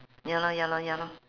ya lor ya lor ya lor